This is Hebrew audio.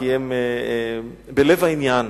כי הם בלב העניין.